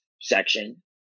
section